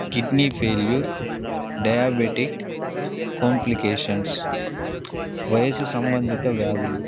kidney failure diabetic complications వయసు సంబంధిత వ్యాధులు